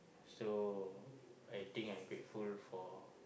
so I think I grateful for